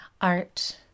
Art